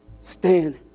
stand